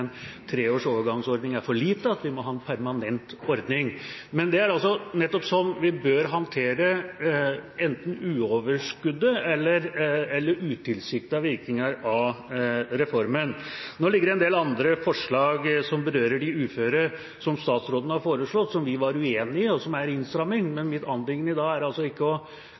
overgangsordning er for lite, at vi må ha en permanent ordning. Men det er nettopp sånn vi bør håndtere utilsiktede virkninger av reformen. Nå er det en del andre forslag som berører de uføre, som statsråden har foreslått, som vi var uenig i, og som er innstramming, men mitt anliggende i dag er ikke å